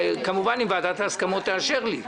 כמובן אם ועדת ההסכמות תאשר לי.